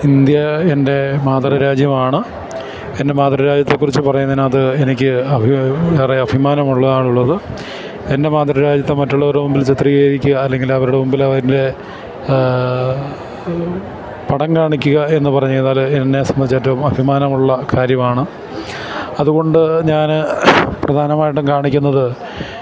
India എൻ്റെ മാതൃരാജ്യമാണ് എൻ്റെ മാതൃരാജ്യത്തെക്കുറിച്ച് പറയുന്നതിനകത്ത് എനിക്ക് ഏറെ അഭിമാനമാണുള്ളത് എൻ്റെ മാതൃരാജ്യത്തെ മറ്റുള്ളവരുടെ മുമ്പിൽ ചിത്രീകരിക്കുക അല്ലെങ്കിൽ അവരുടെ മുമ്പിൽ അതിന്റെ പടം കാണിക്കുകയെന്ന് പറഞ്ഞുകഴിഞ്ഞാല് എന്നെ സംബന്ധിച്ച് ഏറ്റവും അഭിമാനമുള്ള കാര്യമാണ് അതുകൊണ്ട് ഞാന് പ്രധാനമായിട്ടും കാണിക്കുന്നത്